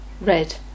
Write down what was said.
Red